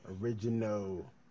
Original